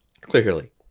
Clearly